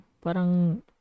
Parang